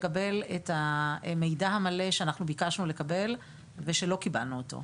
לקבל את המידע המלא שביקשנו לקבל ושלא קיבלנו אותו.